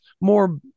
more